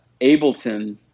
Ableton